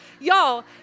y'all